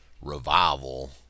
Revival